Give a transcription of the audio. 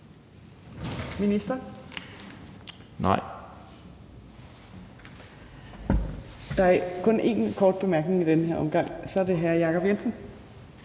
(Trine Torp): Der er kun én kort bemærkning i den her omgang. Så er det hr. Jacob Jensen.